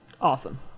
Awesome